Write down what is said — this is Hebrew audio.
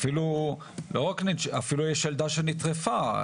אפילו יש ילדה שנטרפה.